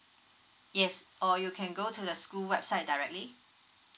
yes or you can go to the school website directly